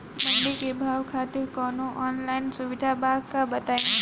मंडी के भाव खातिर कवनो ऑनलाइन सुविधा बा का बताई?